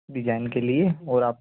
design के लिए और आप